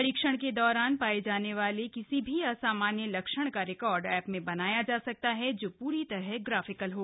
परीक्षण के दौरान पाये जाने वाले किसी भी असामान्य लक्षण का रिकॉर्ड एप में बनाया जा सकता है जो प्री तरह ग्राफिकल है